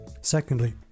Secondly